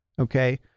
okay